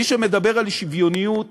מי שמדבר על שוויוניות